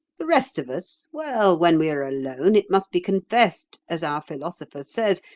the rest of us well, when we are alone, it must be confessed, as our philosopher says,